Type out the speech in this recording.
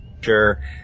Sure